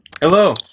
Hello